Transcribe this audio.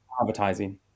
advertising